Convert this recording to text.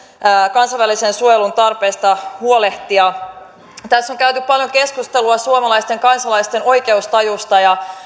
kansainvälisen suojelun tarpeesta huolehtia tässä on käyty paljon keskustelua suomalaisten kansalaisten oikeustajusta ja